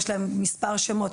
יש להם מספר שמות,